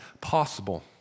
possible